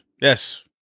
Yes